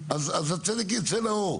אז הצדק ייצא לאור.